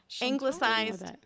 anglicized